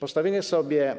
Postawiono sobie